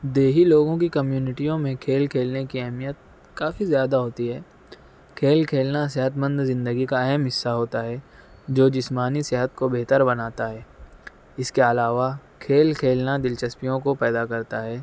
دیہی لوگوں کی کمیونٹیوں میں کھیل کھیلنے کے اہمیت کافی زیادہ ہوتی ہے کھیل کھیلنا صحت مند زندگی کا اہم حصہ ہوتا ہے جو جسمانی صحت کو بہتر بناتا ہے اس کے علاوہ کھیل کھیلنا دلچسپیوں کو پیدا کرتا ہے